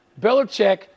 Belichick